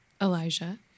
Elijah